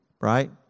Right